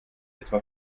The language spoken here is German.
etwa